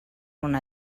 una